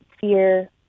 fear